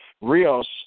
Rios